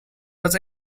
was